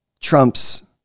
Trump's